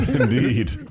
Indeed